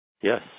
yes